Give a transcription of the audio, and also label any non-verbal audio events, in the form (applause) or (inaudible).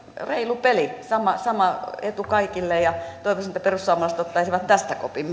reilu peli sama sama etu kaikille ja toivoisin että perussuomalaiset ottaisivat myös tästä kopin (unintelligible)